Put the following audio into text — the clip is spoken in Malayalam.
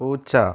പൂച്ച